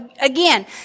again